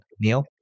Neil